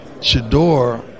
Shador